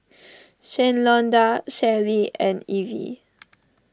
Shalonda Shelli and Ivie